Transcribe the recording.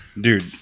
Dude